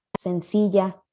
sencilla